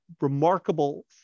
remarkable